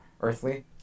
earthly